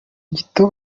gito